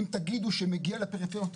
אם תגידו שמגיע לפריפריה יותר,